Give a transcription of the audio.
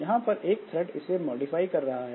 यहां पर एक थ्रेड इसे मॉडिफाई कर रहा है